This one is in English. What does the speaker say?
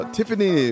Tiffany